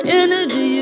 energy